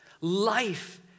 Life